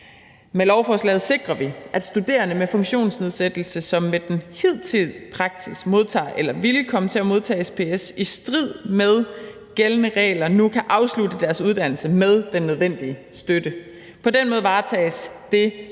Med lovforslaget sikrer vi, at studerende med funktionsnedsættelse, som med den hidtidige praksis modtager SPS i strid med gældende regler, nu kan afslutte deres uddannelse med den nødvendige støtte. På den måde varetages det